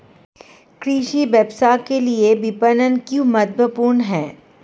कृषि व्यवसाय के लिए विपणन क्यों महत्वपूर्ण है?